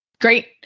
Great